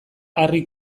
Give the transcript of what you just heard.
harri